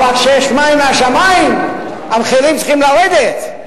אבל כשיש מים מהשמים המחירים צריכים לרדת.